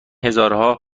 هزارها